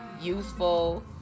useful